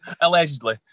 Allegedly